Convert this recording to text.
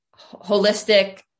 holistic